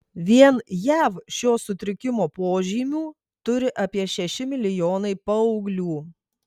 vien jav šio sutrikimo požymių turi apie šeši milijonai paauglių